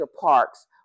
Parks